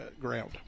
ground